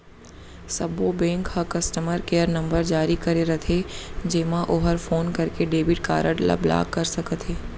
सब्बो बेंक ह customer care number जारी करे रथे जेमा ओहर फोन करके डेबिट कारड ल ब्लाक कर सकत हे